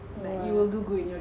why